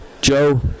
Joe